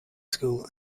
school